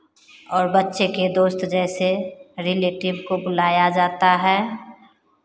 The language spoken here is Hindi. और बच्चे के दोस्त जैसे रिलेटिव को बुलाया जाता है